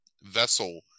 vessel